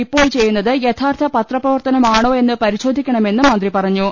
ഇപ്പോൾ ചെയ്യുന്നത് യഥാർത്ഥ പത്രപ്രവർത്തനമാണോ യെന്ന് പരിശോധിക്കണമെന്നും മന്ത്രി പറഞ്ഞു